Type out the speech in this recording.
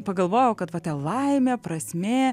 pagalvojau kad vat ta laimė prasmė